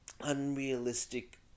unrealistic